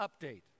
update